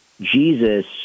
Jesus